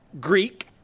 Greek